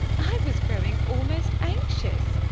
i was growing almost anxious.